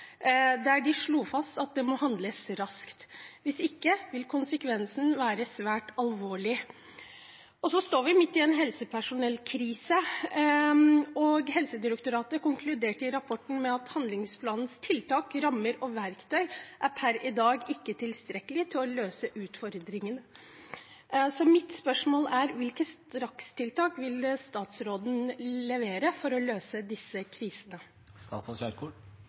der de slo fast at det må handles raskt. Hvis ikke vil konsekvensene bli svært alvorlige. Vi står også midt i en helsepersonellkrise. Helsedirektoratet konkluderte i rapporten med at handlingsplanens tiltak, rammer og verktøy per i dag ikke er tilstrekkelig til å løse utfordringene. Så mitt spørsmål er: Hvilke strakstiltak vil statsråden levere for å løse disse krisene?